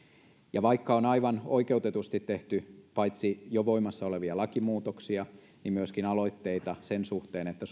vaikka on aivan oikeutetusti tehty paitsi jo voimassa olevia lakimuutoksia myöskin aloitteita sen suhteen että